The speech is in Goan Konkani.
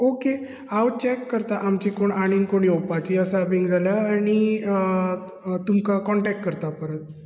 ऑके हांव चेक करतां आमची कोण आनी कोण येवपाचीं आसा बी जाल्यार आनी तुमकां कोन्टेक करता हांव परत